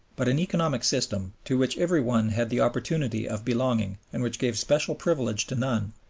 but an economic system, to which every one had the opportunity of belonging and which gave special privilege to none,